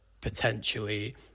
potentially